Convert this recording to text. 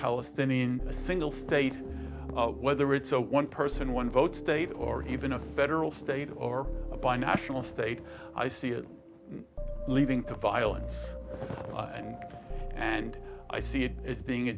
palestinian a single state whether it's a one person one vote state or even a federal state or a binational state i see it leaving the violence and i see it as being a